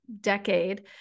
decade